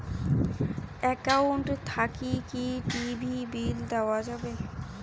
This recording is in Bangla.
একাউন্ট থাকি কি টি.ভি বিল দেওয়া যাবে?